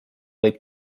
võib